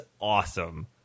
awesome